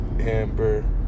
Amber